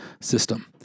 system